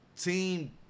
team